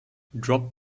drop